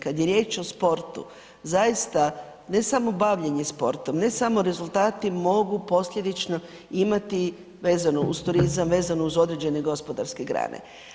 Kada je riječ o sportu zaista ne samo bavljenje sportom, ne samo rezultati mogu posljedično imati vezano uz turizam, vezano uz određene gospodarske grane.